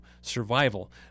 survival